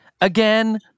again